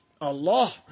Allah